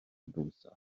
diwethaf